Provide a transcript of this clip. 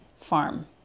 farm